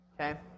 Okay